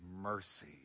mercy